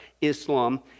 Islam